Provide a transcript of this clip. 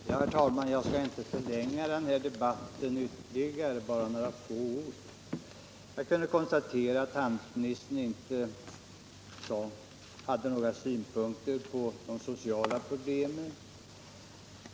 Herr talman! Jag skall inte förlänga den här debatten mycket. Jag skall bara säga några ord. Jag kunde konstatera att handelsministern inte hade några synpunkter på de sociala problemen.